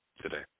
today